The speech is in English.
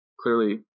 clearly